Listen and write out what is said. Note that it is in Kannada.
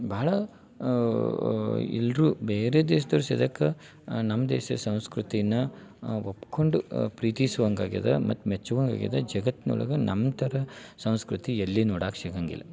ಭಾಳ ಎಲ್ಲರೂ ಬೇರೆ ದೇಶ ತೋರ್ಸಿದಕ್ಕೆ ನಮ್ಮ ದೇಶದ ಸಂಸ್ಕೃತಿನ ಒಪ್ಕೊಂಡು ಪ್ರೀತಿಸುವಂಗೆ ಆಗ್ಯದ ಮತ್ತು ಮೆಚ್ಚುವಂಗೆ ಆಗ್ಯದ ಜಗತ್ತ್ನೊಳಗೆ ನಮ್ಮ ಥರ ಸಂಸ್ಕೃತಿ ಎಲ್ಲಿ ನೋಡಾಕೆ ಸಿಗಂಗಿಲ್ಲ